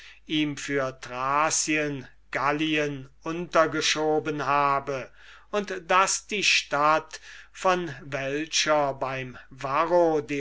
ihm für thracien gallien untergeschoben habe und daß die stadt von welcher beim